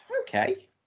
Okay